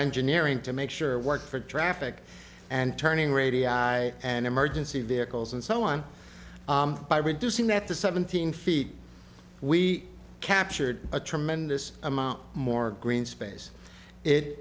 engineering to make sure work for traffic and turning radio and emergency vehicles and so on by reducing that the seventeen feet we captured a tremendous amount more green space it